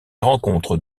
rencontre